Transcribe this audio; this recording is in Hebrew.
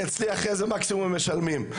אצלי מקסימום אחרי זה הם משלמים.